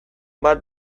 bat